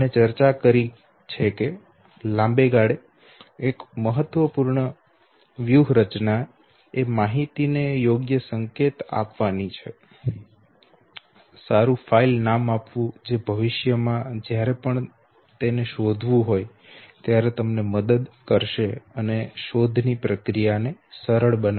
આપણે ચર્ચા કરી છે કે લાંબા ગાળે એક મહત્વપૂર્ણ વ્યૂહરચના એ માહિતીને યોગ્ય સંકેત આપવાની છે સારું ફાઇલ નામ આપવું જે તમને ભવિષ્યમાં જ્યારે પણ તેને શોધવું હોય ત્યારે તમને મદદ કરશે અને શોધની પ્રક્રિયા ને સરળ બનાવશે